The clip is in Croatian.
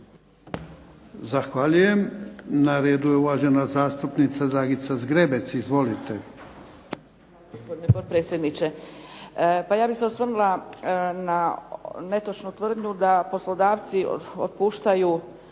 Zahvaljujem. Na redu je uvažena zastupnica Dragica Zgrebec. Izvolite.